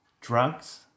drugs